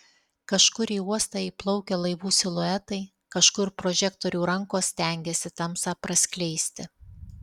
kažkur į uostą įplaukia laivų siluetai kažkur prožektorių rankos stengiasi tamsą praskleisti